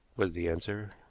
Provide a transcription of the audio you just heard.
was the answer.